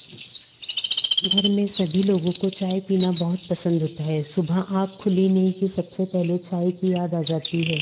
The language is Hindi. घर में सभी लोगों को चाय पीना बहुत पसंद होता है सुबह आँख खुली नहीं कि सबसे पहले चाय की याद आ जाती है